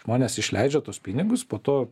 žmonės išleidžia tuos pinigus po to